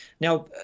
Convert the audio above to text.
Now